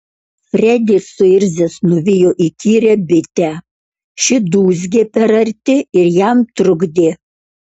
fredis suirzęs nuvijo įkyrią bitę ši dūzgė per arti ir jam trukdė